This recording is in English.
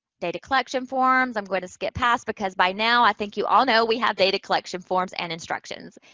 data collection forms i'm going to skip past because by now i think you all know we have data collection forms and instructions.